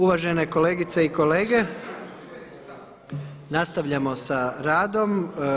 Uvažene kolegice i kolege, nastavljamo sa radom.